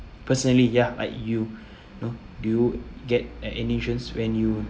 personally ya like you know do you get like any insurance when you